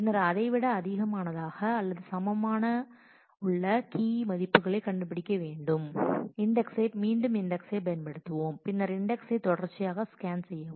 பின்னர் அதை விட அதிகமானதாக அல்லது சமமாக உள்ள கீ மதிப்புகளை கண்டுபிடிக்க மீண்டும் இண்டெக்சை பயன்படுத்துவோம் பின்னர் இண்டெக்சை தொடர்ச்சியாக ஸ்கேன் செய்யவும்